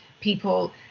people